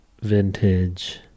vintage